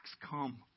come